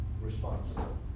responsible